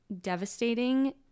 devastating